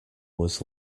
was